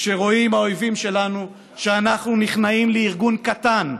כשרואים האויבים שלנו שאנחנו נכנעים לארגון קטן,